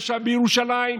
בירושלים,